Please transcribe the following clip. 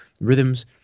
rhythms